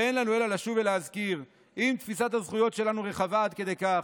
ואין לנו אלא לשוב ולהזכיר: אם תפיסת הזכויות שלנו רחבה עד כדי כך,